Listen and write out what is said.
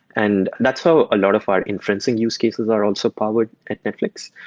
and that's how a lot of our inferencing use cases are also powered at netflix,